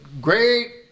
Great